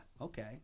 okay